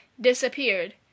disappeared